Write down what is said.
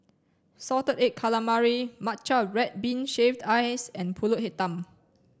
salted egg calamari matcha red bean shaved ice and pulut hitam